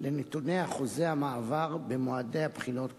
לנתוני אחוזי המעבר במועדי הבחינות הקודמים.